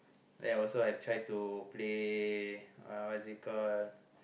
ya I also I try to play uh what is it call